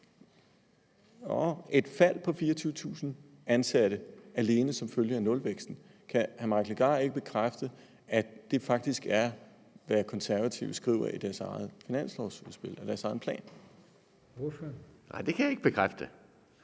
et fald på 24.000 ansatte alene som følge af nulvæksten. Kan hr. Mike Legarth ikke bekræfte, at det faktisk er, hvad De Konservative skriver i deres eget finanslovsudspil, altså i deres egen plan? Kl. 15:46 Formanden: Ordføreren.